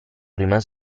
prima